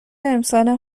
امسالم